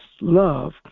love